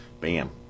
bam